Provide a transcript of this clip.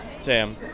Sam